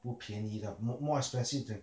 不便宜 lah more expensive than